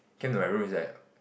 came to my room it's like